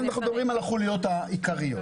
אנחנו מדברים על החוליות העיקריות.